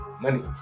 Money